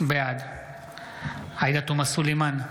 בעד עאידה תומא סלימאן,